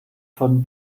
von